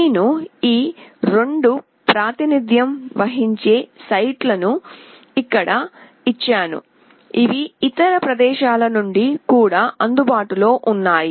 నేను ఈ 2 ప్రాతినిధ్యం వహించే సైట్ ను ఇక్కడ ఇచ్చాను ఇవి ఇతర ప్రదేశాల నుండి కూడా అందుబాటులో ఉన్నాయి